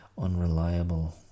unreliable